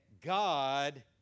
God